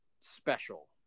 special